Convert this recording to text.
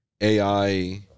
AI